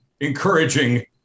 encouraging